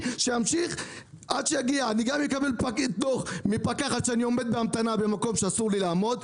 גם אקבל דוח מפקח על כך שאני ממתין במקום שאסור לי לעמוד בו,